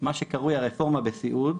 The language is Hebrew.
מה שקרוי הרפורמה בסיעוד,